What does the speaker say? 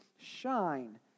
shine